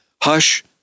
Hush